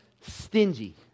stingy